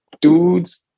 dudes